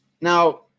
now